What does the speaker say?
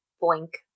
blink